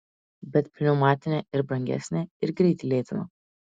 bet pneumatinė ir brangesnė ir greitį lėtina